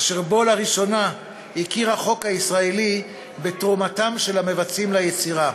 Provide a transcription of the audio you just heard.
אשר בו לראשונה הכיר החוק הישראלי בתרומתם של המבצעים ליצירה.